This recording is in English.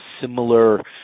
similar